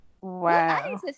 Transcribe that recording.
Wow